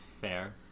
Fair